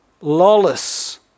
lawless